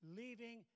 leaving